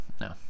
No